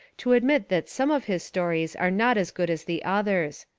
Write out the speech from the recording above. to admit that some of his stories are not as good as the others.